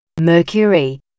Mercury